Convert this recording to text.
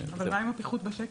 אבל מה עם הפיחות בשקל?